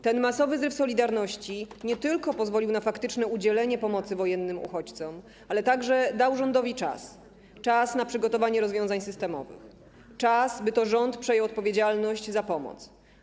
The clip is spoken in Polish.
Ten masowy zew solidarności nie tylko pozwolił na faktyczne udzielenie pomocy wojennym uchodźcom, ale także dał rządowi czas, czas na przygotowanie rozwiązań systemowych, czas, by to rząd przejął odpowiedzialność za pomoc.